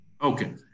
Okay